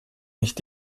nicht